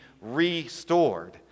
restored